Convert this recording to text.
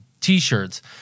T-shirts